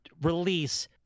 release